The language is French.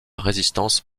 résistance